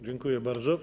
Dziękuję bardzo.